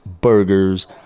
burgers